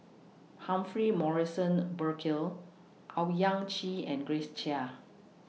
Humphrey Morrison Burkill Owyang Chi and Grace Chia